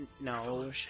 No